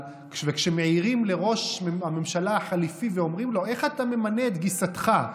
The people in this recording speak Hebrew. וכשמעירים לראש הממשלה החליפי ואומרים לו: איך אתה ממנה את גיסתך,